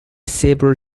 silver